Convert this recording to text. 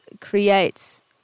creates